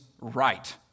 right